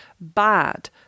bad